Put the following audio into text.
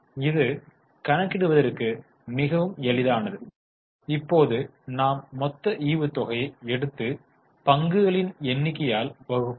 இது கணக்கிடுவதற்கு மிகவும் எளிதானது ஒன்று தான் இப்போது நாம் மொத்த ஈவுத்தொகையை எடுத்து பங்குகளின் எண்ணிக்கையால் வகுப்போம்